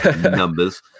numbers